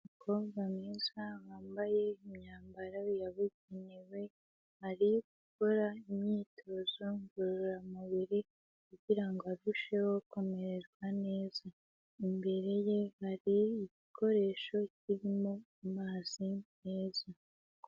Umukobwa mwiza wambaye imyambaro yabugenewe ari gukora imyitozo ngororamubiri kugira ngo arusheho kumererwa neza. Imbere ye hari igikoresho kirimo amazi meza.